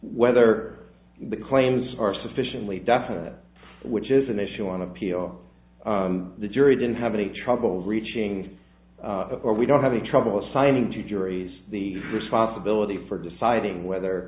whether the claims are sufficiently definite which is an issue on appeal the jury didn't have any trouble reaching or we don't have any trouble assigning to juries the responsibility for deciding whether